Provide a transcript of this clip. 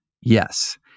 yes